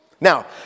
Now